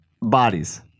bodies